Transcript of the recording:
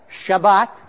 Shabbat